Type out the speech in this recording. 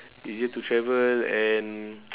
easier to travel and